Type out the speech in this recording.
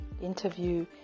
Interview